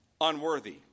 Unworthy